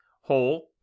Hole